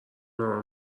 ناهار